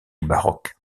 baroque